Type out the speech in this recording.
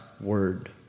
word